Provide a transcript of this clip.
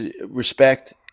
respect